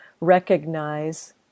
recognize